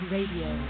Radio